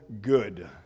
good